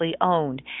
owned